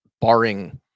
barring